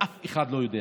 ואף אחד לא יודע